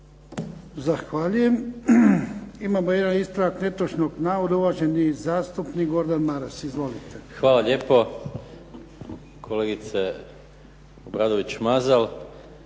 Zahvaljujem. Imamo jedan ispravak netočnog navoda, uvaženi zastupnik Gordan Maras. Izvolite. **Maras, Gordan (SDP)** Hvala lijepo kolegice Obradović Mazal.